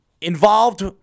involved